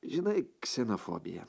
žinai ksenofobija